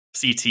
CT